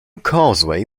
causeway